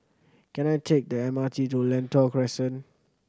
can I take the M R T to Lentor Crescent